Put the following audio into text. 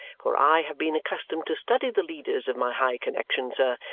for i have been accustomed to study the leaders of my high connexion, sir,